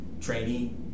trainee